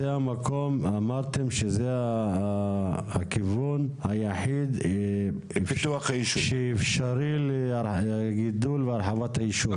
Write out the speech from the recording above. אמרתם שזה הכיוון היחיד שאפשרי לגידול ולהרחבת היישוב.